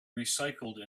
recycled